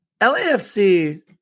LAFC